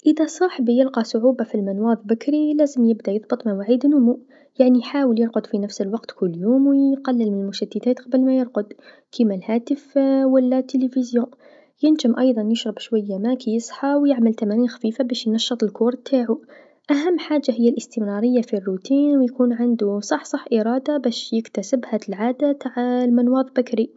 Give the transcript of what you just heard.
إذا صاحبي يلقى صعوبه في المنواض بكري، لازم يبدا يضبط مواعيد نومو، يعني يحاول يرقد في نفس الوقت كل يوم و يقلل من المشتتات قبل ما يرقد كيما الهاتف و لا التلفزه، ينجم أيضا يشرب شويا ما كيصحى و يعمل تمارين خفيفه باش ينشط الجسم نتاعو، أهم حاجه هي الإستمراريه في الروتين و يكون عندو صح صح إراده باش يكتسب هاذي العادا تع المنواض بكري.